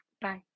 Bye